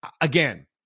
Again